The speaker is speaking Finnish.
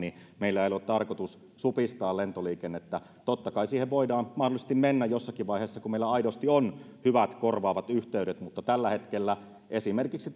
meillä ei ole tarkoitus supistaa lentoliikennettä totta kai siihen voidaan mahdollisesti mennä jossakin vaiheessa kun meillä aidosti on hyvät korvaavat yhteydet mutta tällä hetkellä esimerkiksi